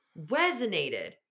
resonated